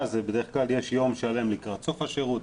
אז בדרך כלל יש יום שלם לקראת סוף השירות,